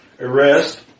arrest